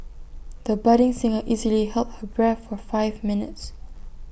the budding singer easily held her breath for five minutes